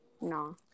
No